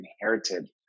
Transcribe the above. inherited